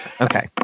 Okay